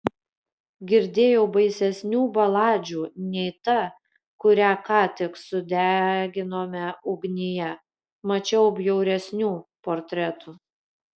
girdėjau baisesnių baladžių nei ta kurią ką tik sudeginome ugnyje mačiau bjauresnių portretų